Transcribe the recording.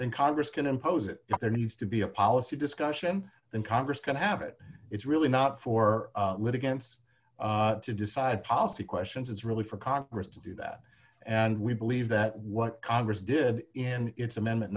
then congress can impose it there needs to be a policy discussion and congress going to have it it's really not for litigants to decide policy questions it's really for congress to do that and we believe that what congress did in its amendment